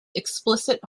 explicit